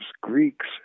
Greeks